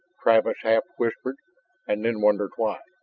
travis half whispered and then wondered why.